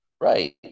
Right